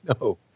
No